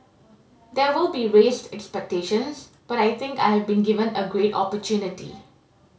there will be raised expectations but I think I have been given a great opportunity